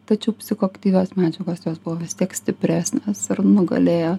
tačiau psichoaktyvios medžiagos jos buvo vis tiek stipresnės ir nugalėjo